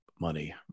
money